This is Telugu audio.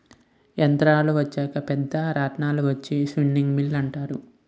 యంత్రాలు వచ్చాక పెద్ద రాట్నాలు వచ్చి స్పిన్నింగ్ మిల్లు అంటారు